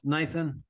Nathan